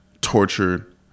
tortured